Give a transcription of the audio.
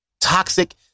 toxic